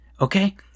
Okay